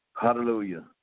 Hallelujah